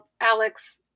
Alex